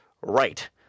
right